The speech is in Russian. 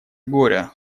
горя